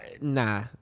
nah